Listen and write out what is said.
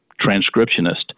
transcriptionist